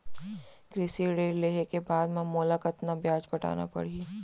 कृषि ऋण लेहे के बाद म मोला कतना ब्याज पटाना पड़ही?